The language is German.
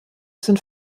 sind